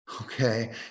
okay